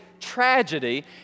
tragedy